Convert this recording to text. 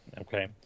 Okay